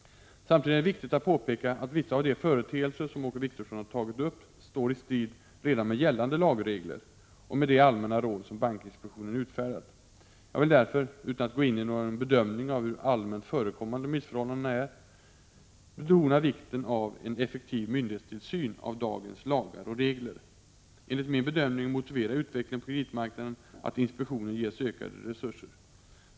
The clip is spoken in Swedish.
Samtidigt är det viktigt att påpeka att vissa av de företeelser som Åke Wictorsson har tagit upp står i strid redan med gällande lagregler och med de allmänna råd som bankinspektionen utfärdat. Jag vill därför, utan att gå in i någon bedömning av hur allmänt förekommande missförhållandena är, 15 betona vikten av en effektiv myndighetstillsyn av dagens lagar och regler. Enligt min bedömning motiverar utvecklingen på kreditmarknaden att inspektionen ges ökade resurser.